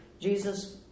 Jesus